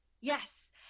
Yes